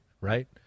right